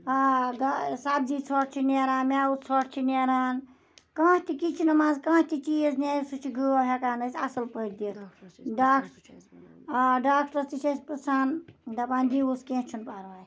آ سبزی ژھۄٹھ چھِ نیران میٚوٕ ژھۄٹھ چھِ نیران کانٛہہ تہِ کِچنہٕ منٛز کانٛہہ تہِ چیٖز نیرِ سُہ چھِ گٲو ہیٚکان أسۍ اَصٕل پٲٹھۍ دِتھ آ ڈاکٹرس تہِ چھِ أسۍ پِرٛژھان دَپان دیٖوُس کینٛہہ چھُنہٕ پرواے